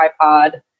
tripod